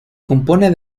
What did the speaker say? compone